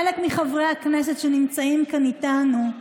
חלק מחברי הכנסת שנמצאים כאן איתנו,